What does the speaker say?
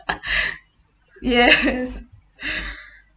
yes